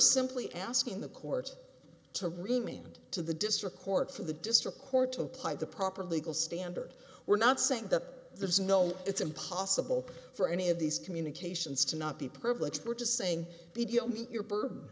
simply asking the court to remained to the district court for the district court to apply the proper legal standard we're not saying that there is no it's impossible for any of these communications to not be privileged we're just saying the deal meet your burd